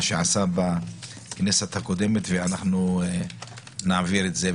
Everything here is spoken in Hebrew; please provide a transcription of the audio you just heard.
שעשה בכנסת הקודמת ואנחנו נעביר את זה.